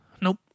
Nope